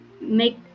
make